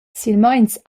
silmeins